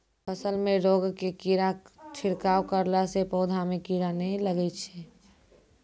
फसल मे रोगऽर के छिड़काव करला से पौधा मे कीड़ा नैय लागै छै?